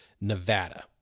Nevada